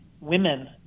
women